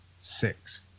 six